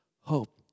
hope